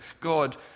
God